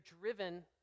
driven